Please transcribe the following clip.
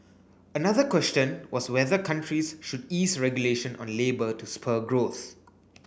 another question was whether countries should ease regulation on labour to spur growth